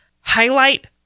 highlight